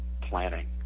planning